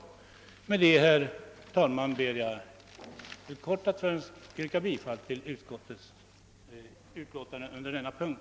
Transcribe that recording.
Med detta, herr talman, ber jag helt kort att få yrka bifall till utskottets hemställan under denna punkt.